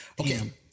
Okay